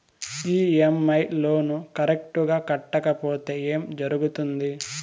EMI loan correct గా కట్టకపోతే ఏం జరుగుతుంది